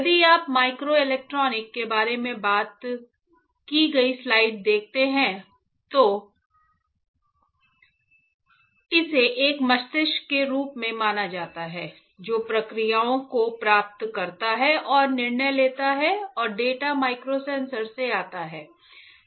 यदि आप माइक्रोइलेक्ट्रॉनिक के बारे में बात की गई स्लाइड देखते हैं तो इसे एक मस्तिष्क के रूप में माना जाता है जो प्रक्रियाओं को प्राप्त करता है और निर्णय लेता है और डेटा माइक्रोसेंसर से आता है